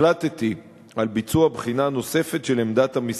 החלטתי על ביצוע בחינה נוספת של עמדת המשרד.